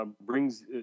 brings